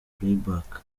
playback